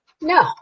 No